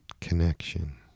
Connection